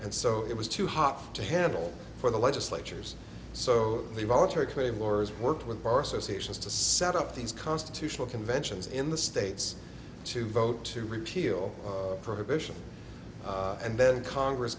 and so it was too hot to handle for the legislatures so they voluntary claymores worked with bar associations to set up these constitutional conventions in the states to vote to repeal prohibition and then congress